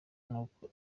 n’uko